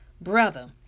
brother